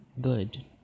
good